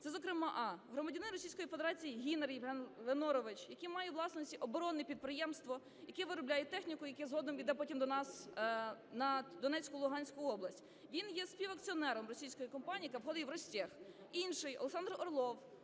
Це зокрема: а) громадянин Російської Федерації Гінер Євген Леннорович, який має у власності оборонне підприємство, яке виробляє техніку, яка згодом йде потім до нас на Донецьку, Луганську область. Він є співакціонером російської компанії, яка входить в Ростех. Інший – Олександр Орлов,